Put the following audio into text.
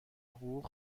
حقوق